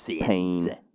pain